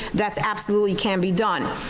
that's absolutely can be done.